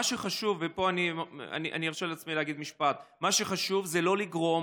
פה אני ארשה לעצמי להגיד משפט: מה שחשוב זה לא לגרום